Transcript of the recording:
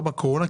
לא בקורונה.